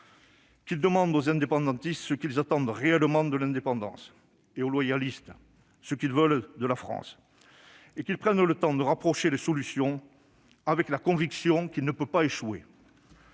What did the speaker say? qu'il demande aux indépendantistes ce qu'ils attendent réellement de l'indépendance et aux loyalistes ce qu'ils veulent de la France. Le Gouvernement doit prendre le temps de rapprocher les solutions, avec la conviction qu'il ne peut pas échouer